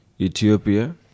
Ethiopia